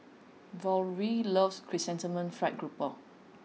Valorie loves Chrysanthemum Fried Grouper